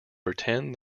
pretend